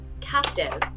captive